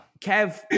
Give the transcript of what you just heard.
Kev